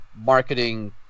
marketing